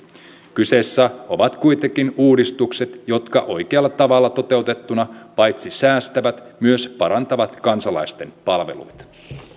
kyseessä ovat kuitenkin uudistukset jotka oikealla tavalla toteutettuina paitsi säästävät myös parantavat kansalaisten palveluita